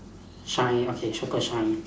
shine okay super shine